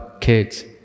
kids